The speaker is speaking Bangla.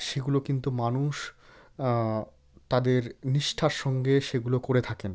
সেগুলো কিন্তু মানুষ তাদের নিষ্ঠার সঙ্গে সেগুলো করে থাকেন